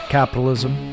Capitalism